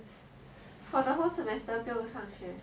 for the whole semester 不用上学